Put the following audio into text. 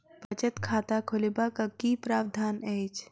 बचत खाता खोलेबाक की प्रावधान अछि?